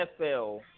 NFL